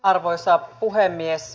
arvoisa puhemies